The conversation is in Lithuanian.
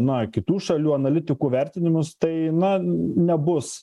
na kitų šalių analitikų vertinimus tai na nebus